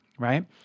right